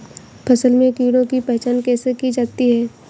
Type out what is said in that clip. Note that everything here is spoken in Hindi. फसल में कीड़ों की पहचान कैसे की जाती है?